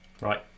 right